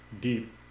deep